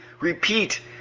repeat